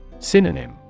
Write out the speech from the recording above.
Synonym